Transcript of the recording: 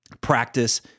practice